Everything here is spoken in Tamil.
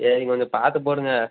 சரிங்க கொஞ்சம் பார்த்து போடுங்க